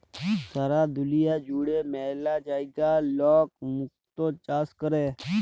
সারা দুলিয়া জুড়ে ম্যালা জায়গায় লক মুক্ত চাষ ক্যরে